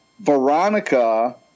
Veronica